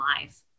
life